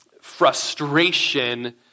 frustration